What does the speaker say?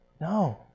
No